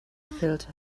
filled